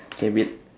okay bel~